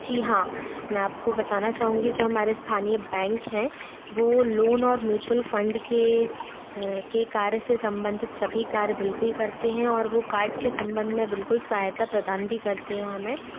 जी हाँ मैं आपको बताना चाहूँगी जो हमारे स्थानीय बैंक हैं वो लोन और म्यूचुअल फंड के के कार्य से संबंधित सभी कार्य बिल्कुल करते हैं और वो काड के संबंद में बिल्कुल सहायता प्रदान भी करते हैं हमें